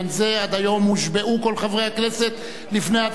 עד היום הושבעו כל חברי הכנסת לפני הצבעתם.